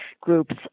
groups